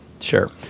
Sure